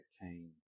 came